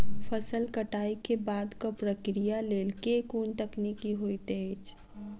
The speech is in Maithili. फसल कटाई केँ बादक प्रक्रिया लेल केँ कुन तकनीकी होइत अछि?